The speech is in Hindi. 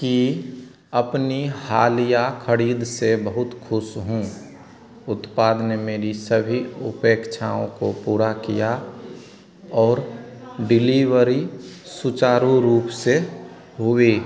की अपनी हालिया खरीद से बहुत ख़ुश हूँ उत्पाद ने मेरी सभी अपेक्षाओं को पूरा किया और डिलीवरी सुचारू रूप से हुई